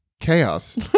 chaos